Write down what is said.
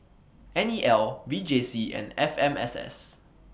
N E L V J C and F M S S